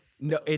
No